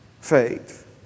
faith